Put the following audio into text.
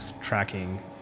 tracking